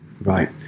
right